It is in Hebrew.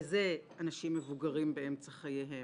וזה: אנשים מבוגרים באמצע חייהם,